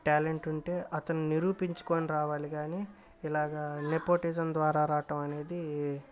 talent ఉంటే అతను నిరూపించుకొని రావాలి కానీ ఇలాగా నెపోటిజమ్ ద్వారా రావటమనేది